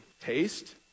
taste